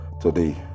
today